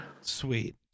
Sweet